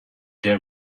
their